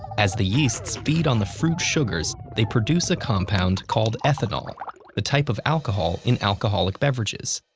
as the yeasts feed on the fruit sugars they produce a compound called ethanol and the type of alcohol in alcoholic beverages.